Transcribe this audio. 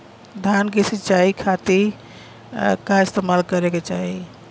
धान के सिंचाई खाती का इस्तेमाल करे के चाही?